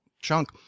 chunk